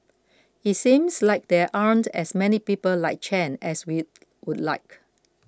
it seems like there aren't as many people like Chen as we would like